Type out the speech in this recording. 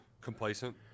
complacent